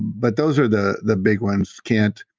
but those are the the big ones can't,